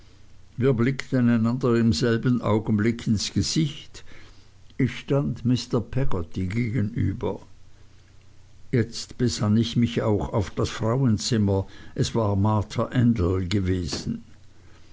wir blickten einander im selben augenblick ins gesicht ich stand mr peggotty gegenüber jetzt besann ich mich auch auf das frauenzimmer es war marta endell gewesen